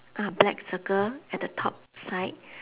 uh black circle at the top side